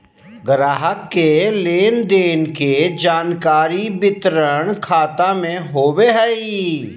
ग्राहक के लेन देन के जानकारी वितरण खाता में होबो हइ